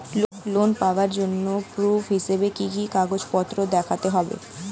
Loan পাওয়ার জন্য proof হিসেবে কি কি কাগজপত্র দেখাতে হবে?